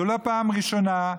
זו לא פעם ראשונה,